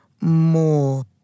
more